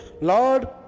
Lord